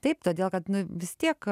taip todėl kad vis tiek